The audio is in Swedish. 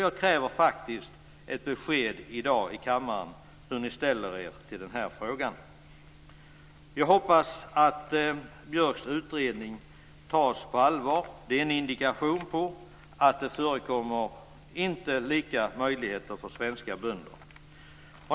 Jag kräver faktiskt ett besked i kammaren i dag om hur ni ställer er i den här frågan. Jag hoppas att Björks utredning tas på allvar. Den är en indikation på att svenska bönder inte har likvärdiga möjligheter.